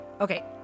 Okay